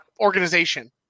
organization